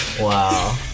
Wow